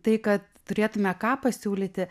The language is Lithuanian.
tai kad turėtume ką pasiūlyti